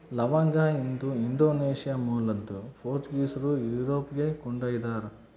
ಲವಂಗ ಇದು ಇಂಡೋನೇಷ್ಯಾ ಮೂಲದ್ದು ಪೋರ್ಚುಗೀಸರು ಯುರೋಪಿಗೆ ಕೊಂಡೊಯ್ದರು